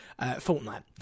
Fortnite